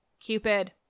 Cupid